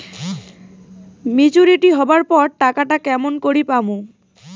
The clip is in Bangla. মেচুরিটি হবার পর টাকাটা কেমন করি পামু?